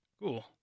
Cool